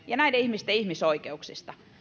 ja näiden ihmisten ihmisoikeuksista mutta